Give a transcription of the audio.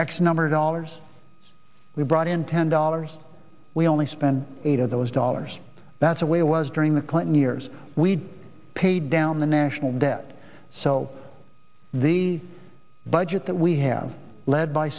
x number of dollars we brought in ten dollars we only spend eight of those dollars that's the way it was during the clinton years we paid down the national debt so the budget that we have led by